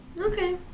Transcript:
Okay